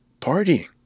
partying